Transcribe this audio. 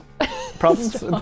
Problems